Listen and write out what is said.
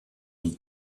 with